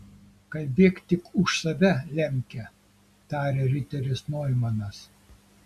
kalbėk tik už save lemke tarė riteris noimanas